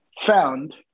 found